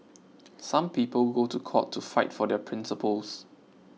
some people go to court to fight for their principles